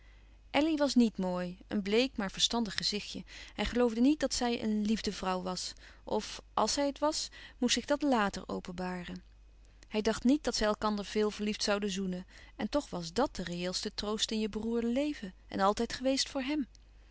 elly was niet mooi een bleek maar verstandig gezichtje hij geloofde niet dat zij een liefdevrouw was of als zij het was moest zich dat làter openbaren hij dacht niet dat zij elkander veel verliefd zouden zoenen en toch was dàt de reëelste troost in je beroerde leven en altijd geweest voor hèm